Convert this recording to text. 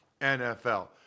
NFL